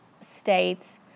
states